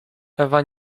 ewa